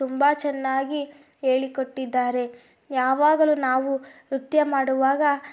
ತುಂಬ ಚೆನ್ನಾಗಿ ಹೇಳಿಕೊಟ್ಟಿದ್ದಾರೆ ಯಾವಾಗಲೂ ನಾವು ನೃತ್ಯ ಮಾಡುವಾಗ